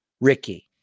Ricky